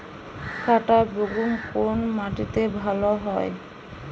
কাঁটা বেগুন কোন মাটিতে ভালো হয়?